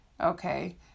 okay